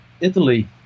Italy